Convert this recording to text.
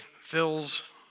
fills